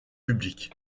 publics